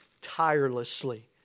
tirelessly